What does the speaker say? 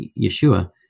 Yeshua